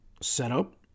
setup